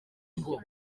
ngo